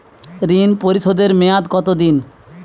ঋণ পরিশোধের মেয়াদ কত দিন?